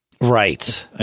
Right